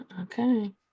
Okay